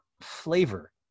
flavor